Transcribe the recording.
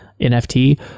NFT